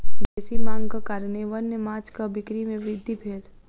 बेसी मांगक कारणेँ वन्य माँछक बिक्री में वृद्धि भेल